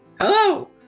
hello